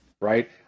right